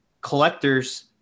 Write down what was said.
collectors